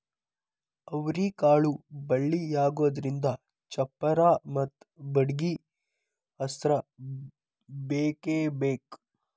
ಅವ್ರಿಕಾಳು ಬಳ್ಳಿಯಾಗುದ್ರಿಂದ ಚಪ್ಪರಾ ಮತ್ತ ಬಡ್ಗಿ ಆಸ್ರಾ ಬೇಕಬೇಕ